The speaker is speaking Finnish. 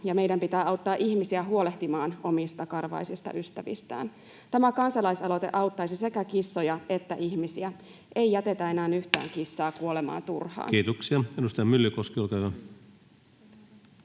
ja meidän pitää auttaa ihmisiä huolehtimaan omista karvaisista ystävistään. Tämä kansalaisaloite auttaisi sekä kissoja että ihmisiä. Ei jätetä enää yhtään kissaa kuolemaan